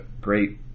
Great